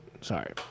Sorry